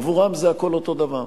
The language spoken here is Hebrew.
עבורם זה הכול אותו הדבר.